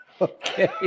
Okay